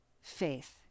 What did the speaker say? faith